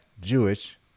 Jewish